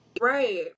Right